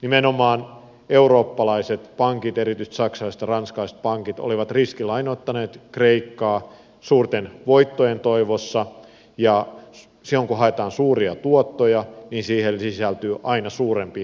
nimenomaan eurooppalaiset pankit erityisesti saksalaiset ja ranskalaiset pankit olivat riskilainoittaneet kreikkaa suurten voittojen toivossa ja silloin kun haetaan suuria tuottoja niin siihen sisältyy aina suurempi riski